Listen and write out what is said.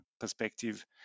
perspective